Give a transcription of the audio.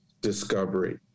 discovery